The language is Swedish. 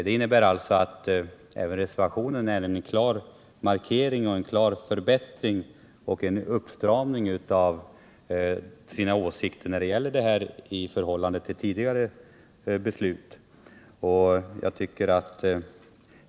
Reservanterna gör således en klar markering med sin stramare skrivning i förhållande till vad som anfördes i samband med förra årets beslut, och det innebär en klar förbättring.